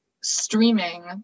streaming